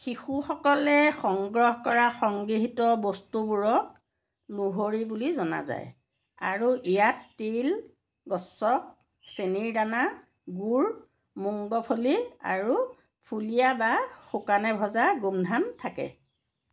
শিখসকলে সংগ্ৰহ কৰা সংগৃহীত বস্তুবোৰক লোহৰী বুলি জনা যায় আৰু ইয়াত তিল গচ্চক চেনিৰ দানা গুৰ মুংগফলি আৰু ফুলিয়া বা শুকানে ভজা গোমধান থাকে